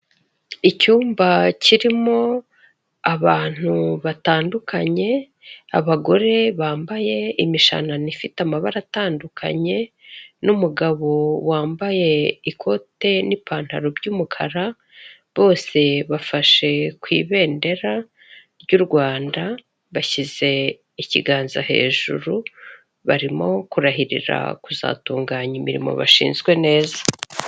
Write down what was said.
Icyumba kirimo abantu batandukanye abagore bambaye imishanana ifite amabara atandukanye n'umugabo wambaye ikote n'ipantaro by'umukara bose bafashe ku ibendera ryu Rwanda bashyize ikiganza hejuru barimo kurahirira kuzatunganya imirimo bashinzwe neza.